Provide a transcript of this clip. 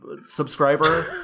subscriber